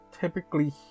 typically